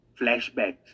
flashbacks